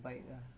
ya